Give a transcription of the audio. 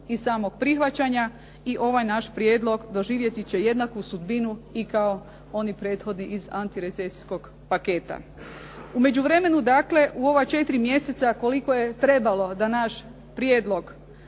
i samog prihvaćanja i ovaj naš prijedlog doživjeti će jednaku sudbinu i kako oni prethodni iz antirecesijskog paketa. U međuvremenu dakle, u ova četiri mjeseca koliko je trebalo da naš prijedlog